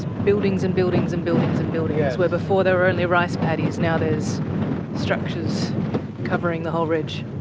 buildings and buildings and buildings and buildings where before there were only rice paddies now there's structures covering the whole ridge.